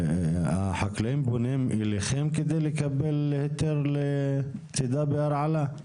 החקלאים פונים אליכם כדי לקבל היתר לצידה בהרעלה?